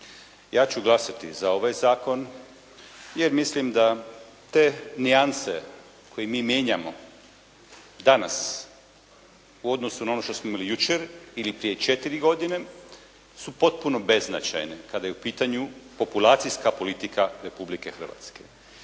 Ja ću glasati za ovaj zakon jer mislim da te nijanse koje mi mijenjamo danas u odnosu na ono što smo imali jučer ili prije 4 godine su potpuno beznačajne kada je u pitanju populacijska politika Republike Hrvatske.